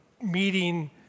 meeting